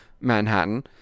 Manhattan